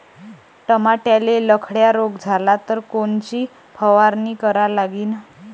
टमाट्याले लखड्या रोग झाला तर कोनची फवारणी करा लागीन?